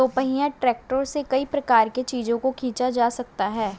दोपहिया ट्रैक्टरों से कई प्रकार के चीजों को खींचा जा सकता है